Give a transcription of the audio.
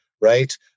right